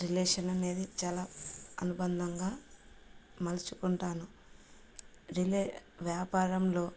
relation అనేది చాలా అనుబందంగా మలుచుకుంటాను రిలే వ్యాపారంలో